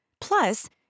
Plus